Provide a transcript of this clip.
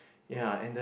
ya and the